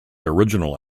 original